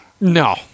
No